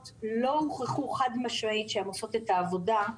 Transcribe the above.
לא הוכח חד-משמעית שהן עושות את העבודה,